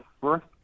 first